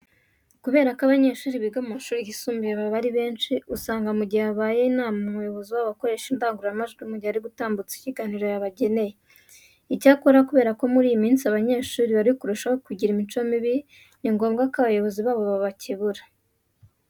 Kubera ko abanyeshuri biga mu mashuri yisumbuye baba ari benshi usanga mu gihe habaye inama umuyobozi wabo akoresha indangururamajwi mu gihe ari gutambutsa ikiganiro yabageneye. Icyakora kubera ko muri iyi minsi abanyeshuri bari kurushaho kugira imico mibi, ni ngombwa ko abayobozi babo babakebura.